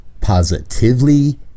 Positively